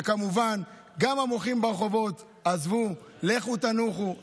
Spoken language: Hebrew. וכמובן, גם למוחים ברחובות: עזבו, לכו, תנוחו.